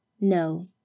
no